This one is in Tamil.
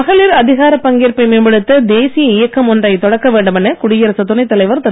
மகளிர் அதிகாரப் பங்கேற்பை மேம்படுத்த தேசிய இயக்கம் ஒன்றைத் தொடக்க வேண்டுமென குடியரசுத் துணைத் தலைவர் திரு